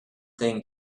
thing